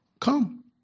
come